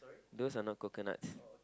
those are not coconuts